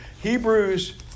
Hebrews